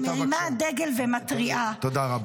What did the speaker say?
אני מרימה דגל ומתריעה -- תודה רבה.